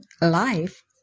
life